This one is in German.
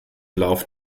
lauf